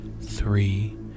three